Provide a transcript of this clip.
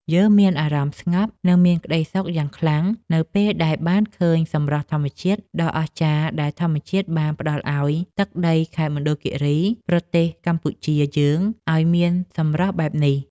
យើងមានអារម្មណ៍ស្ងប់ និង មានក្តីសុខយ៉ាងខ្លាំងនៅពេលដែលបានឃើញសម្រស់ធម្មជាតិដ៏អស្ចារ្យដែលធម្មជាតិបានផ្តល់ឱ្យទឹកដីខេត្តមណ្ឌលគីរីនៃប្រទេសកម្ពុជាយើងឱ្យមានសម្រស់បែបនេះ។